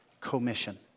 commission